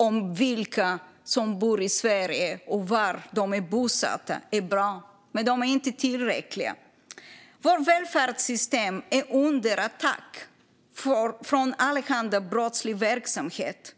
i vilka som bor i Sverige och var de är bosatta bra, men de är inte tillräckliga. Våra välfärdssystem är under attack från allehanda brottslig verksamhet.